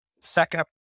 second